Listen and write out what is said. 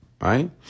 right